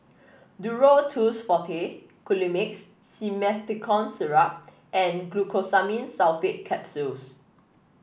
Duro Tuss Forte Colimix Simethicone Syrup and Glucosamine Sulfate Capsules